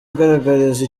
agaragariza